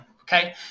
okay